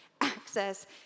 access